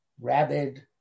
rabid